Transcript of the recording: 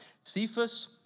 Cephas